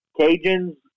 Cajuns